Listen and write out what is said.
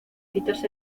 citas